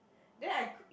then I